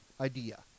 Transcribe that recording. idea